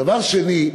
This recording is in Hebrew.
דבר שני,